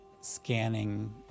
scanning